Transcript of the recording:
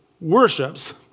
worships